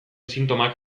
sintomak